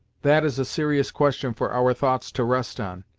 that is a serious question for our thoughts to rest on,